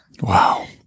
Wow